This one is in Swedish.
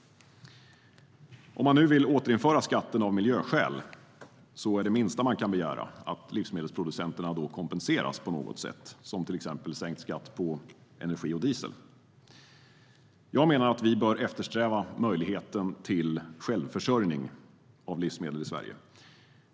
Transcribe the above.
Om man nu vill återinföra skatten av miljöskäl är det minsta man kan begära att livsmedelsproducenterna kompenseras på något sätt, exempelvis genom sänkt skatt på energi och diesel. Jag menar att vi bör eftersträva möjligheten till självförsörjning av livsmedel i Sverige.